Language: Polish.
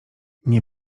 nie